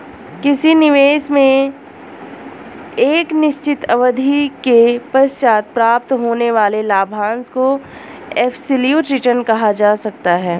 किसी निवेश में एक निश्चित अवधि के पश्चात प्राप्त होने वाले लाभांश को एब्सलूट रिटर्न कहा जा सकता है